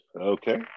Okay